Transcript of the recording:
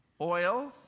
Oil